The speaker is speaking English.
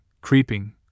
creeping